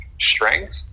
strength